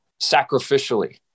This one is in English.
sacrificially